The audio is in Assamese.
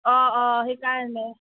অঁ অঁ সেইকাৰণে